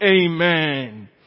amen